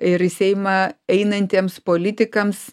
ir į seimą einantiems politikams